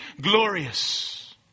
glorious